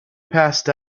passed